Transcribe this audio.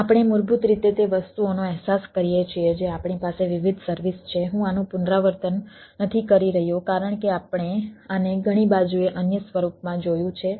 અને આપણે મૂળભૂત રીતે તે વસ્તુઓનો અહેસાસ કરીએ છીએ જે આપણી પાસે વિવિધ સર્વિસ છે હું આનું પુનરાવર્તન નથી કરી રહ્યો કારણ કે આપણે આને ઘણી બાજુએ અન્ય સ્વરૂપમાં જોયું છે